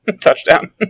touchdown